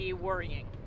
worrying